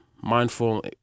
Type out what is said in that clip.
mindful